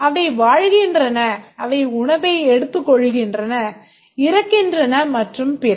அவை வாழ்கின்றன அவை உணவை எடுத்துக்கொள்கின்றன இறக்கின்றன மற்றும் பிற